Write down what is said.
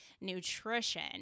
nutrition